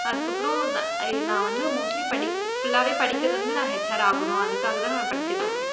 அதுக்கப்றம் நான் நான் வந்து மோஸ்ட்லி ஃபுல்லாகவே படிக்கிறது வந்து நான் ஹெச்ஆர் ஆகணும் அதுக்காக தான் நான் படிச்சுட்ருக்கேன்